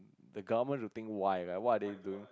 the government should think wide like what are they doing